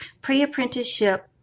Pre-apprenticeship